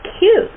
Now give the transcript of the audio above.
cute